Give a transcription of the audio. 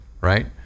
right